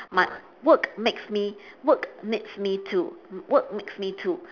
my work makes me work makes me to work makes me to